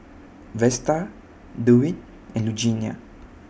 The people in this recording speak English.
Vesta Dewitt and Lugenia